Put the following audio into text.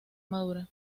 madura